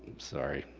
sorry.